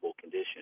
condition